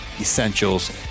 essentials